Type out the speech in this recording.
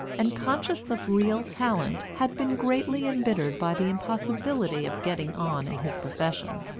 and, conscious of real talent, had been greatly embittered by the impossibility of getting on in his profession.